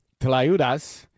Tlayudas